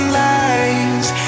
lies